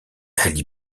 elle